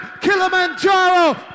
Kilimanjaro